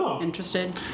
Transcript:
interested